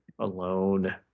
alone